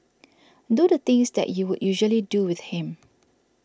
do the things that you would usually do with him